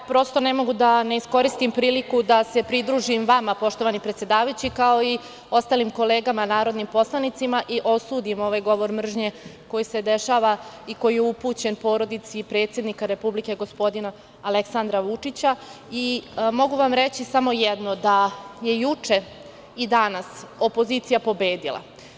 Prosto, ne mogu da ne iskoristim priliku da se pridružim vama, poštovani predsedavajući, kao i ostalim kolegama narodnim poslanicima i osudim ovaj govor mržnje koji se dešava i koji je upućen porodici predsednika Republike, gospodina Aleksandra Vučića i mogu vam reći samo jedno, da je juče i danas opozicija pobedila.